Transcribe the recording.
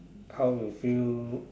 how you feel